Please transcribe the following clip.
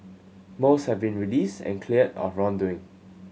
most have been released and cleared of wrongdoing